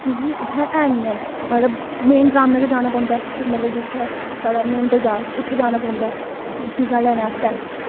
कि के इत्थें हैन नी हैन मेन राम नगर जाना पौंदा जित्थें साढ़ा मेन बज़ार उत्थें जाना पौंदा चीजां लैनै आस्तै